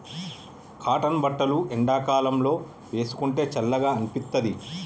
cotton బట్టలు ఎండాకాలం లో వేసుకుంటే చల్లగా అనిపిత్తది